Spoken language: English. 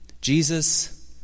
Jesus